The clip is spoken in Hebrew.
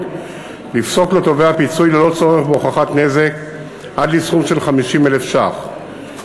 לפסוק לתובע פיצוי ללא צורך בהוכחת נזק עד לסכום של 50,000 שקלים.